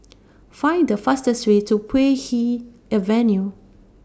Find The fastest Way to Puay Hee Avenue